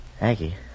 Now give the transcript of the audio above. Aggie